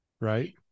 right